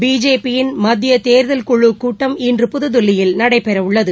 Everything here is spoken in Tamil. பிஜேபியின் மத்தியதோதல் குழுக் கூட்டம் இன்று புதுதில்லியில் நடைபெறவுள்ளது